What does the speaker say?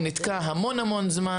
הוא נתקע המון זמן